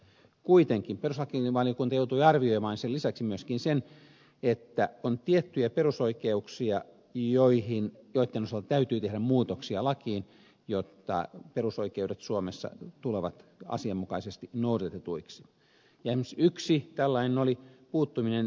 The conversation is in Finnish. kuitenkin perustuslakivaliokunta joutui arvioimaan sen lisäksi myöskin sen että on tiettyjä perusoikeuksia joitten osalta täytyy tehdä muutoksia lakiin jotta perusoikeudet suomessa tulevat asianmukaisesti noudatetuiksi ja esimerkiksi yksi tällainen oli puuttuminen ilmaisunvapauteen